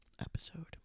episode